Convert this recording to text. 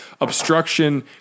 obstruction